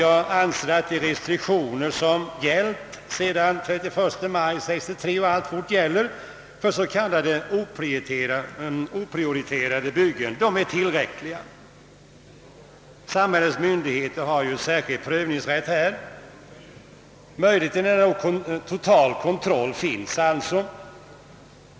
Jag anser att de restriktioner som gällt sedan den 31 maj 1963 och alltfort gäller för s.k. oprioriterade byggen är tillräckliga. Samhällets myndigheter har ju särskild prövningsrätt. Möjlighet till nära nog total kontroll finns alltså.